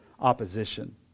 opposition